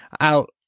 out